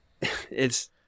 It's-